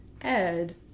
Ed